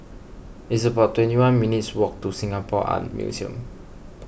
it's about twenty one minutes' walk to Singapore Art Museum